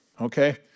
okay